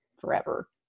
forever